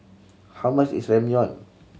how much is Ramyeon